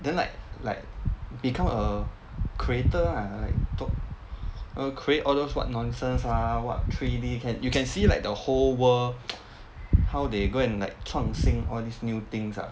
then like like become a creator lah like talk err create all those what nonsense ah what three D you can you can see like the whole world how they go and like 创新 all these new things ah